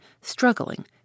struggling